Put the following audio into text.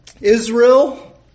Israel